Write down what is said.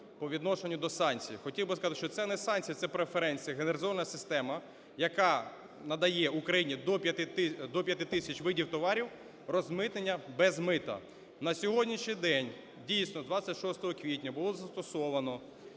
по відношенню до санкцій. Хотів би сказати, що це не санкції, це преференції – генералізована система, яка надає Україні до 5 тисяч видів товарів, розмитнення без мита. На сьогоднішній день, дійсно, 26 квітня було застосовано